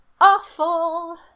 awful